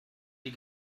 die